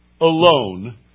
alone